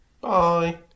Bye